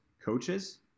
coaches